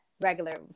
regular